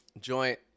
joint